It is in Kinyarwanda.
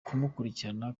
kumukurikirana